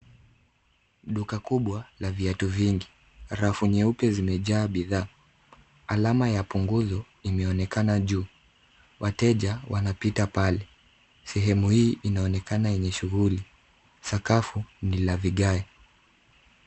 Duka kubwa la viatu vingi. Rafu nyeupe zimejaa bidhaa. Alama ya punguzu limeonekana juu. Wateja wanapita pale. Sehemu hii inaonekana yenye shughuli. Sakafu ni la vigae.